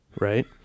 right